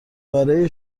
برای